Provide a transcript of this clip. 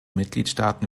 mitgliedstaaten